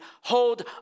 hold